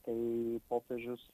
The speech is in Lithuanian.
tai popiežius